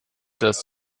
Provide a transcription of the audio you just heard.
das